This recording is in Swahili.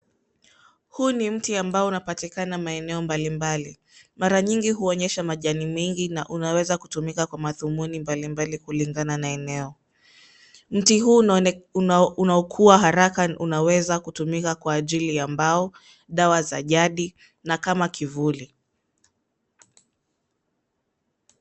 Huu ni mti ambao unapatikana maeneo mbalimbali. Mara nyingi huonyesha majani mingi na unaweza kutumika kwa madhumuni mbalimbali kulingana na eneo. Mti huu unaokua haraka unaweza kutumika kwa ajili ya mbao, dawa za jadi na kama kivuli.